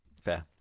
Fair